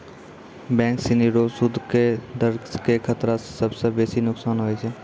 bank सिनी रो सूद रो दर के खतरा स सबसं बेसी नोकसान होय छै